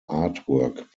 artwork